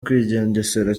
kwigengesera